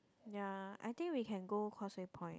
ya I think we can go Causeway Point eh